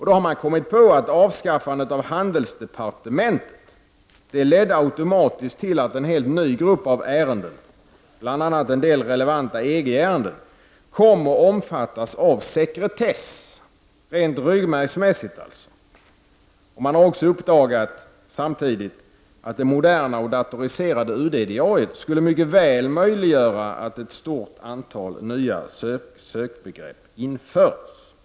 Då har man kommit på att avskaffandet av handelsdepartementet automatiskt ledde till att en helt ny grupp av ärenden, bl.a. en del relevanta EG-ärenden, kom att omfattas av sekretess, rent ryggmärgsmässigt alltså. Utskottet har samtidigt uppdagat att det moderna och datoriserade UD diariet mycket väl skulle möjliggöra att ett stort antal nya sökbegrepp infördes.